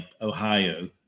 ohio